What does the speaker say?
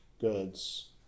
goods